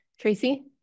Tracy